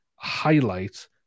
Highlight